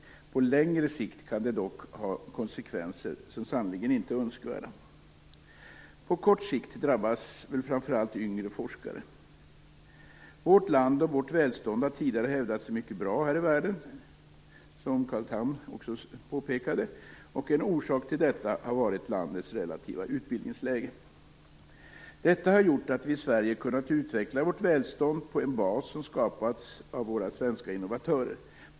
På längre sikt kan det dock få konsekvenser som sannerligen inte är önskvärda. På kort sikt drabbas framför allt yngre forskare. Vårt land och vårt välstånd har tidigare hävdat sig mycket bra i världen, vilket Carl Tham också påpekade. En orsak till detta har varit landets relativa utbildningsläge. Detta har gjort att vi i Sverige har kunnat utveckla vårt välstånd på en bas som skapats av våra svenska innovatörer.